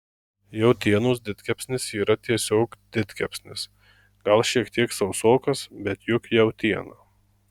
jautienos didkepsnis yra tiesiog didkepsnis gal šiek tiek sausokas bet juk jautiena